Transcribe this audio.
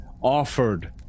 offered